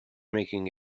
making